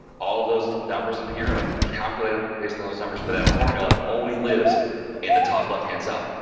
all of those numbers appear and i can calculate it, based on on those numbers but that formula, only lives in the top left-hand cell.